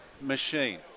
machine